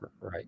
right